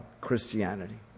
Christianity